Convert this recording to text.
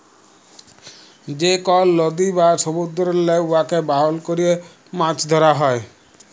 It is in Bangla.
যে কল লদী বা সমুদ্দুরেল্লে উয়াকে বাহল ক্যরে মাছ ধ্যরা হ্যয়